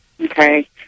Okay